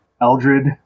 Eldred